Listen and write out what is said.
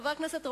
חבר הכנסת רמון,